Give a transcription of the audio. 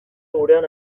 gurean